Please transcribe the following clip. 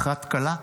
אחת כלה,